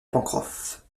pencroff